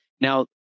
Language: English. Now